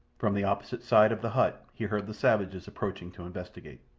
from the opposite side of the hut he heard the savages approaching to investigate.